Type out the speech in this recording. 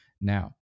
now